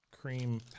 cream